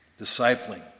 discipling